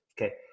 Okay